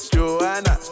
Joanna